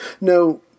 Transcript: No